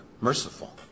merciful